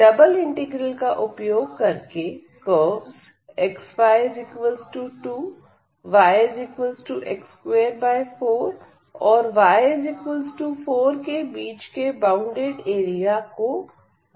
double integral का उपयोग करके कर्वस xy2yx24 और y4 के बीच के बॉउंडेड एरिया ज्ञात कीजिए